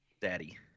daddy